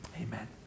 Amen